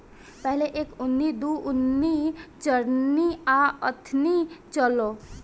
पहिले एक अन्नी, दू अन्नी, चरनी आ अठनी चलो